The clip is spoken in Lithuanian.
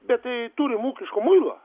bet tai turim ūkiško muilo